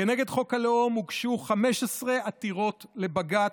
כנגד חוק הלאום הוגשו 15 עתירות לבג"ץ.